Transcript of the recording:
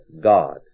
God